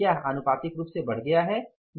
क्या यह आनुपातिक रूप से बढ़ गया है